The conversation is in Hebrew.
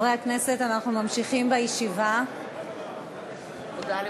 (חברי הכנסת מכבדים בקימה את צאת נשיא המדינה מאולם המליאה.)